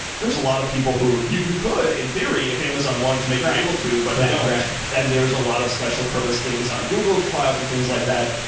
a lot of people who you you could in theory if amazon wanted to make, you're able to, but they don't, and there's a lot of special-purpose things on google cloud and things like that.